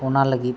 ᱚᱱᱟ ᱞᱟᱹᱜᱤᱫ